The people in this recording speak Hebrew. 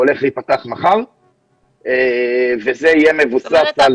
הולך להיפתח מחר וזה יהיה מבוסס על זכאות מרשות המסים.